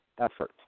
effort